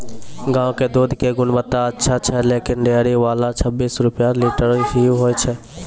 गांव के दूध के गुणवत्ता अच्छा छै लेकिन डेयरी वाला छब्बीस रुपिया लीटर ही लेय छै?